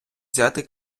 взяти